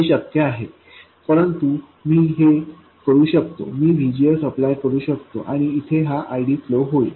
हे शक्य आहे परंतु मी हे करू शकतो मी VGSअप्लाय करू शकतो आणि इथे हा IDफ्लो होईल